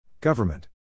Government